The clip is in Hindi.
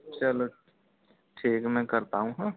चलो ठीक है मैं करता हूँ हाँ